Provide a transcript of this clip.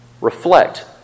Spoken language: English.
reflect